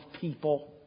people